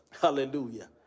Hallelujah